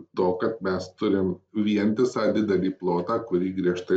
to kad mes turim vientisą didelį plotą kurį griežtai